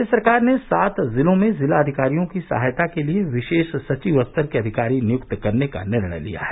राज्य सरकार ने सात जिलों में जिलाधिकारियों की सहायता के लिए विशेष सचिव स्तर के अधिकारी नियुक्त करने का निर्णय लिया है